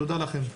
תודה לכם.